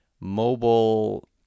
mobile